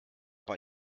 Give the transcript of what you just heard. bei